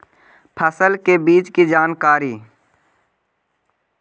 फसल के बीज की जानकारी?